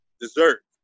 dessert